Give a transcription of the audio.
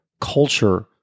culture